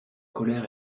colère